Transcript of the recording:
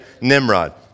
Nimrod